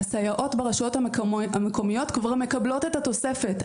הסייעות ברשויות המקומיות כבר מקבלות את התוספת,